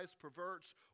perverts